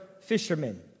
fishermen